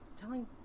telling